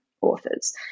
authors